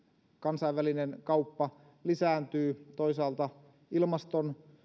kansainvälinen kauppa lisääntyy toisaalta ilmaston